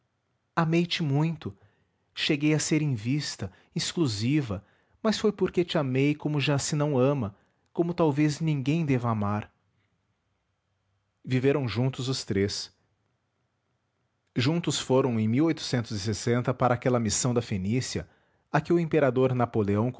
amei te muito cheguei a ser invista exclusiva mas foi porque te amei como já se não ama como talvez ninguém deva amar viveram juntos os três juntos foram em para aquela missão da fenícia a que o imperador napoleão